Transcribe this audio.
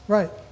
Right